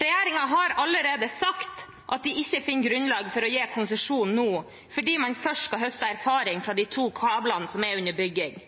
Regjeringen har allerede sagt at de ikke finner grunnlag for å gi konsesjon nå, fordi man først skal høste erfaring fra de to kablene som er under bygging.